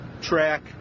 track